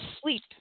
sleep